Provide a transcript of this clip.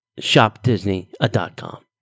shopdisney.com